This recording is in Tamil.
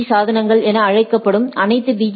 பீ சாதனங்கள் என அழைக்கப்படும் அனைத்து பி